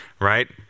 right